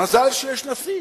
מזל שיש נשיא.